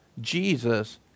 Jesus